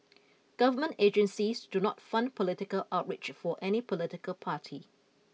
government agencies do not fund political outreach for any political party